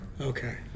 Okay